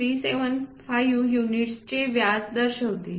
375 युनिट्सचे व्यास दर्शवते